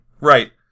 Right